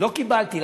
לא קיבלתי.